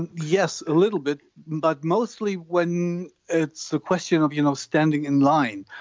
and yes, a little bit but mostly when it's a question of you know standing in line,